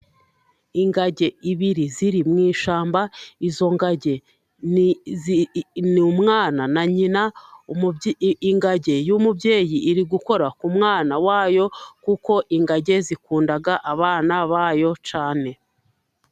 Ingagi ebyiri ziri mu ishyamba. Izo ngagi ni umwana na nyina, ingagi y'umubyeyi iri gukora ku mwana wayo kuko ingagi zikunda abana bayo cyane.